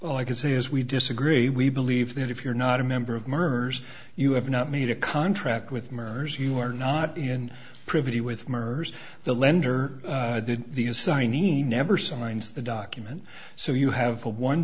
well i can say as we disagree we believe that if you're not a member of murderers you have not made a contract with murderers you are not in privity with murderers the lender did the assignee never signed the document so you have a one